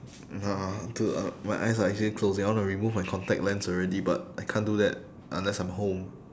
nah dude uh my eyes are actually closing I want to remove my contact lens already but I can't do that unless I'm home